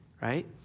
right